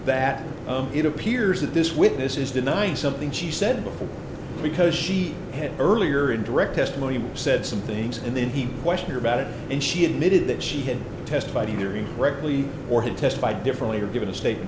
that it appears that this witness is denying something she said before because she had earlier in direct testimony said some things and then he questioned her about it and she admitted that she had testified either incorrectly or had testified differently or given a statement